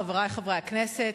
חברי חברי הכנסת,